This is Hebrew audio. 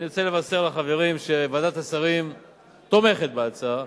אני רוצה לבשר לחברים שוועדת השרים תומכת בהצעה